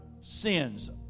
sins